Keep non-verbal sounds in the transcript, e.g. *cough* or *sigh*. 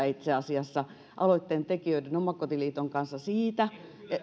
*unintelligible* itse asiassa samaa mieltä aloitteen tekijöiden omakotiliiton kanssa siitä